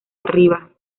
arriba